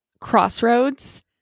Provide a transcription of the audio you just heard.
crossroads